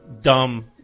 dumb